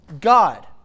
God